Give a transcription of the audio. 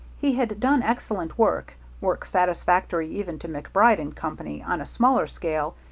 he had done excellent work work satisfactory even to macbride and company on a smaller scale,